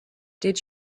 did